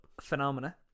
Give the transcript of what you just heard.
phenomena